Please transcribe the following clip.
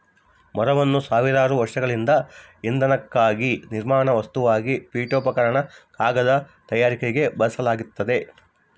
ಮರವನ್ನು ಸಾವಿರಾರು ವರ್ಷಗಳಿಂದ ಇಂಧನಕ್ಕಾಗಿ ನಿರ್ಮಾಣ ವಸ್ತುವಾಗಿ ಪೀಠೋಪಕರಣ ಕಾಗದ ತಯಾರಿಕೆಗೆ ಬಳಸಲಾಗ್ತತೆ